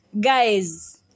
guys